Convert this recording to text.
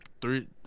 three